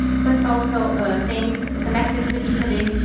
but also ah things connected to italy.